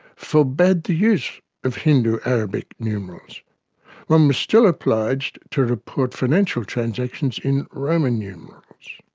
forbade the use of hindu arabic numerals. one was still obliged to report financial transactions in roman numerals.